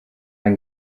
ein